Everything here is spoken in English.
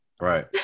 Right